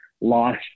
lost